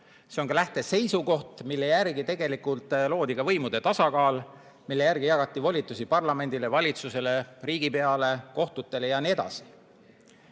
See on lähteseisukoht, mille järgi tegelikult loodi ka võimude tasakaal, mille järgi jagati volitusi parlamendile, valitsusele, riigipeale, kohtutele jne. Kui